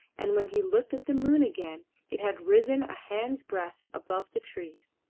and when he looked at the moon again it had risen a hand's breadth above the trees.